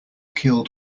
killed